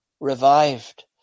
revived